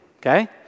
okay